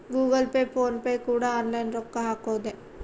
Google Pay PhonePe ಕೂಡ online ರೊಕ್ಕ ಹಕೊದೆ